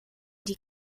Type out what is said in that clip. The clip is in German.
die